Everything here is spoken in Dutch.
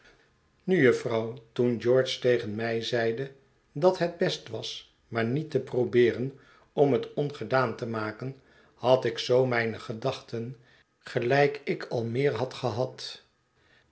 nu jufvrouw toen george tegen mij zeide dat het best was maar niet te probeeren om het ongedaan te maken had ik zoo mijne gedachten gelijk ik al meer had gehad